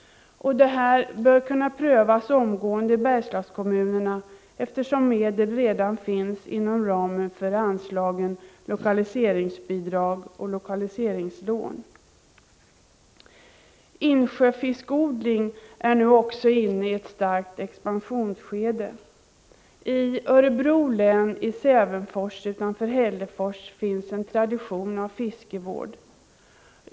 Det här bör kunna prövas omgående i Bergslagskommunerna, eftersom medel redan finns inom ramen för anslagen Lokaliseringsbidrag och Lokaliseringslån. Insjöfiskodling är inne i ett skede av stark expansion. I Örebro län i Sävenfors utanför Hällefors finns en tradition när det gäller fiskevård.